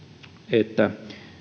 että